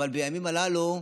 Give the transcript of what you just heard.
אבל בימים הללו,